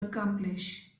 accomplish